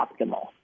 optimal